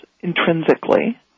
intrinsically